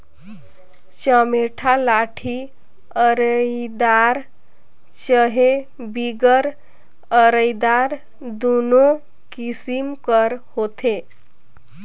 चमेटा लाठी अरईदार चहे बिगर अरईदार दुनो किसिम कर होथे